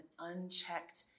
unchecked